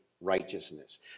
righteousness